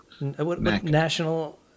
National